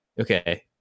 okay